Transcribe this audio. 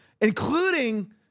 including